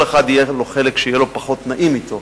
כל אחד יהיה לו חלק שיהיה לו פחות נעים אתו.